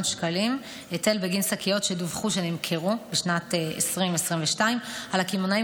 שקלים היטל בגין שקיות שדווחו שנמכרו בשנת 2022. על הקמעונאים